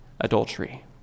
adultery